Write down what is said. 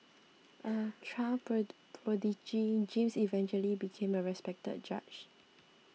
a child pro prodigy James eventually became a respected judge